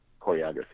choreography